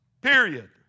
period